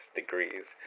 degrees